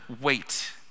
wait